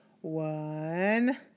one